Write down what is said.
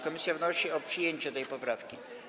Komisja wnosi o przyjęcie tej poprawki.